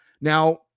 Now